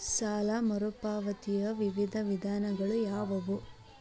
ಸಾಲ ಮರುಪಾವತಿಯ ವಿವಿಧ ವಿಧಾನಗಳು ಯಾವುವು?